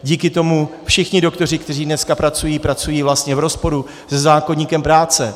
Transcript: Díky tomu všichni doktoři, kteří dneska pracují, pracují vlastně v rozporu se zákoníkem práce.